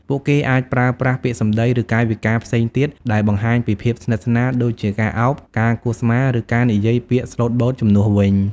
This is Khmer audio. ពួកគេអាចប្រើប្រាស់ពាក្យសម្ដី ឬកាយវិការផ្សេងទៀតដែលបង្ហាញពីភាពស្និទ្ធស្នាល ដូចជាការឱប ការគោះស្មា ឬការនិយាយពាក្យស្លូតបូតជំនួសវិញ។